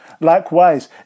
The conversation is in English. Likewise